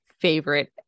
favorite